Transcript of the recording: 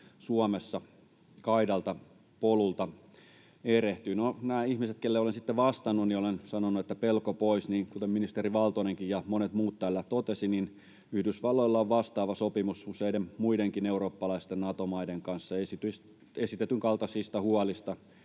Suomessa kaidalta polulta erehtyy. No, näille ihmisille, joille olen sitten vastannut, olen sanonut, että pelko pois. Kuten ministeri Valtonenkin ja monet muutkin täällä totesivat, Yhdysvalloilla on vastaava sopimus useiden muidenkin eurooppalaisten Nato-maiden kanssa. Esitetyn kaltaisista huolista